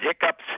hiccups